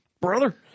brother